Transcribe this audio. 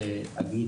תודה.